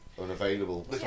unavailable